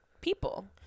people